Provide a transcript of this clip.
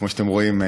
כמו שאתם רואים,